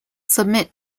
submit